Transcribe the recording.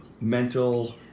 mental